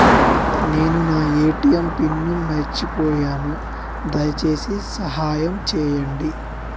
నేను నా ATM pin మర్చిపోయాను, దయచేసి సహాయం చేయండి